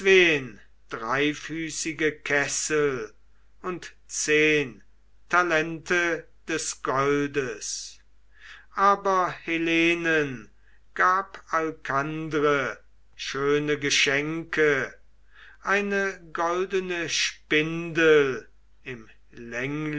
dreifüßige kessel und zehn talente des goldes aber helenen gab alkandre schöne geschenke eine goldene spindel im